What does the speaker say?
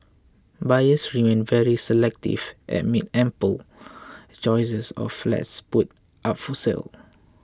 buyers remain very selective amid ample choices of flats put up for sale